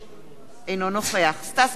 אינו נוכח סטס מיסז'ניקוב,